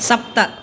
सप्त